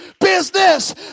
business